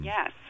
Yes